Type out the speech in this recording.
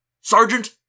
Sergeant